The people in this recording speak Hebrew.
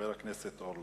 חבר הכנסת אורלב.